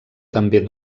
també